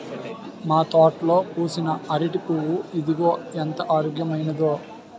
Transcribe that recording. మా తోటలో పూసిన అరిటి పువ్వు ఇదిగో ఎంత ఆరోగ్యమైనదో